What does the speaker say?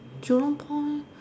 Jurong point